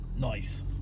Nice